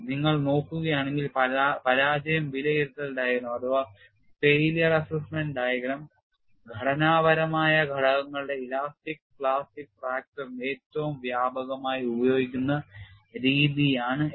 നിങ്ങൾ നോക്കുകയാണെങ്കിൽ പരാജയം വിലയിരുത്തൽ ഡയഗ്രം ഘടനാപരമായ ഘടകങ്ങളുടെ ഇലാസ്റ്റിക് പ്ലാസ്റ്റിക് ഫ്രാക്ചർ ന് ഏറ്റവും വ്യാപകമായി ഉപയോഗിക്കുന്ന രീതിയാണ് FAD